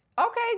Okay